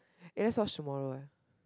eh let's watch tomorrow eh